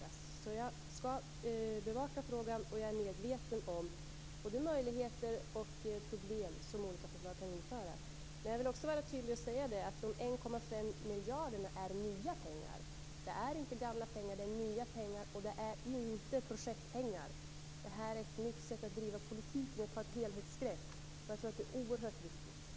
Jag skall bevaka frågan och är medveten om både möjligheter och problem som olika förslag kan medföra. Men jag vill också tydligt säga att de 1,5 miljarderna är nya pengar. Det är inte gamla pengar, och det är inte projektpengar. Att ta ett helhetsgrepp är ett nytt sätt att driva politik, som jag tror är oerhört viktigt.